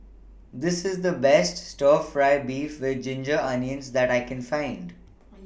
This IS The Best Stir Fry Beef with Ginger Onions that I Can Find